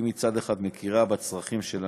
מצד אחד היא מכירה בצרכים של הנכים,